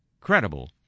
credible